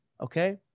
okay